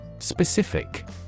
Specific